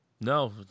No